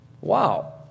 Wow